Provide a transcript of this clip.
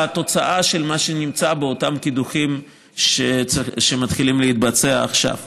לתוצאה של מה שנמצא באותם קידוחים שמתחילים להתבצע עכשיו.